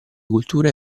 culture